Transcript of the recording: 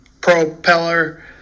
propeller